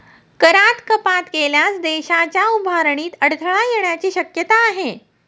करात कपात केल्यास देशाच्या उभारणीत अडथळा येण्याची शक्यता आहे